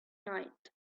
night